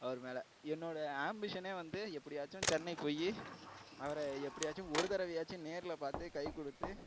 அவர் மேல் என்னோடய ஆம்பிஷனே வந்து எப்படியாச்சும் சென்னை போயி அவரை எப்படியாச்சும் ஒரு தடவையாச்சும் நேரில் பார்த்து கை கொடுத்து